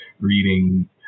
reading